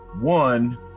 One